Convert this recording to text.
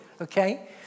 okay